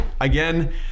again